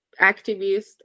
activist